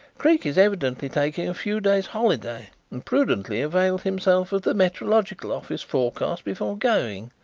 creake is evidently taking a few days' holiday and prudently availed himself of the meteorological office forecast before going.